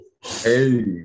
Hey